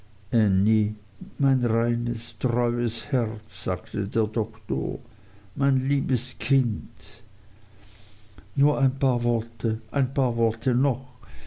mein reines treues herz sagte der doktor mein liebes kind nur ein paar worte ein paar worte noch